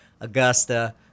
Augusta